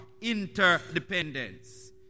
interdependence